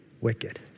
wicked